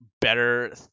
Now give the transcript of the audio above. better